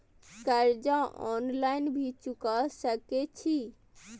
कर्जा ऑनलाइन भी चुका सके छी?